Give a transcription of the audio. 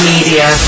Media